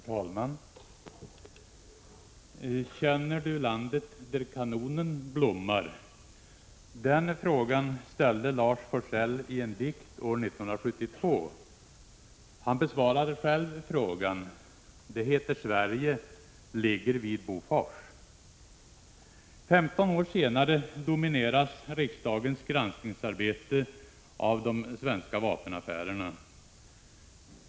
Herr talman! ”Känner Du landet där kanonen blommar?” Den frågan ställde Lars Forssell i en dikt år 1972. Han besvarade själv frågan; Femton år senare domineras riksdagens granskningsarbete av de svenska vapenaffärerna.